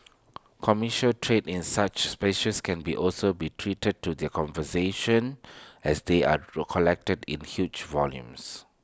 commercial trade in such species can be also be A threat to their conservation as they are collected in huge volumes